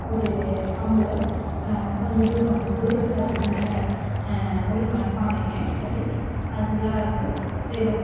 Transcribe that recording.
ஒரு கம்பில் கொஞ்சம் தூரம் வந் தூரத்தில் வந்துட்டு மேல ஒரு மண்பானையை கட்டி அது உள்ளார வந்து எதோ